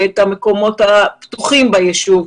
את המקומות הפתוחים בישוב,